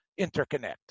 interconnect